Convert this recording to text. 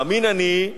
מאמין אני,